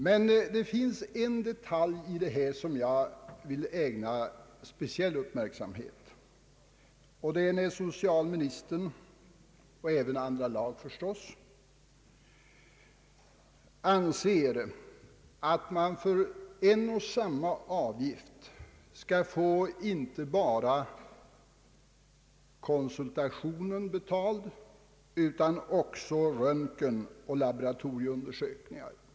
Men det finns en detalj i förslaget som jag vill ägna speciell uppmärksamhet åt, och det är när socialministern och även andra lagutskottet anser att man för en och samma avgift bör få inte bara konsultationen betald utan också röntgenoch laboratorieundersökningar ersatta.